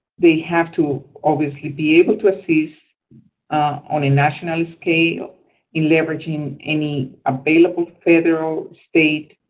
they have to, obviously, be able to assist on a national scale in leveraging any available federal, state,